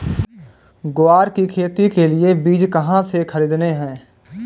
ग्वार की खेती के लिए बीज कहाँ से खरीदने हैं?